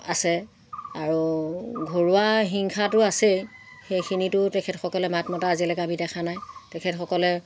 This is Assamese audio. আছে আৰু ঘৰুৱা হিংসাটো আছেই সেইখিনিতো তেখেতসকলে মাত মতা আজিলৈকে আমি দেখা নাই তেখেতসকলে